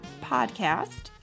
podcast